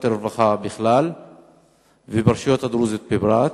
הרווחה בכלל וברשויות הדרוזיות בפרט?